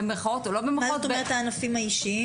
במרכאות או שלא במרכאות --- מה זאת אומרת הענפים האישיים?